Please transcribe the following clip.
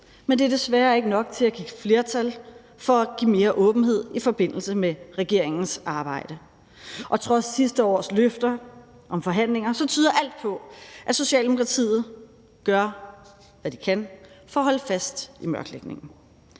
men det er desværre ikke nok til at give et flertal for at give mere åbenhed i forbindelse med regeringens arbejde. Og trods sidste års løfter om forhandlinger tyder alt på, at Socialdemokratiet gør, hvad de kan, for at holde fast i mørklægningen.